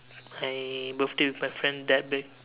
my birthday with my friends that big